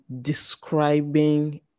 describing